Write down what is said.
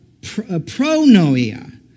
pronoia